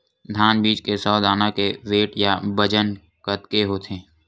धान बीज के सौ दाना के वेट या बजन कतके होथे?